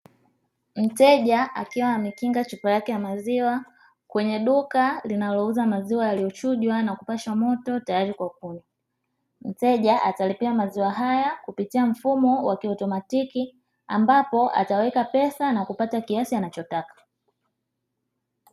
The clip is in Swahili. Mteja akiwa ameshika chupa yake ya maziwa kwenye duka linalouza maziwa yaliyo chujwa na kupashwa moto tayari kwa kunywa mteja ataekewa maziwa haya kupitia mfumo wa kiautomatiki, ambapo ataweka pesa na kupata kiasi anacho kitaka.